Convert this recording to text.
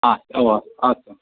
ओ अस्तु